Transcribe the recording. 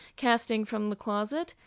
castingfromthecloset